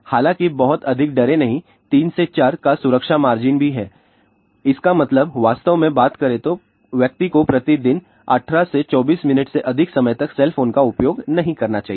हालाँकि बहुत अधिक डरें नहीं 3 से 4 का सुरक्षा मार्जिन भी है इसका मतलब है वास्तव में बात करे तो व्यक्ति को प्रति दिन 18 से 24 मिनट से अधिक समय तक सेल फोन का उपयोग नहीं करना चाहिए